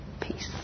peace